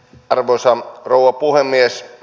arvoisa rouva puhemies